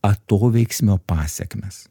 atoveiksmio pasekmes